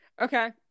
Okay